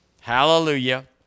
Hallelujah